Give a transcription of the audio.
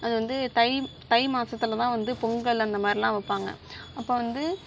அது வந்து தை தை மாதத்துலதான் வந்து பொங்கல் அந்தமாதிரிலான் வைப்பாங்க அப்போ வந்து